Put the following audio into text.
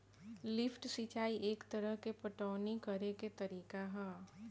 lift सिंचाई एक तरह के पटवनी करेके तरीका ह